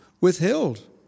withheld